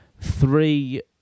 three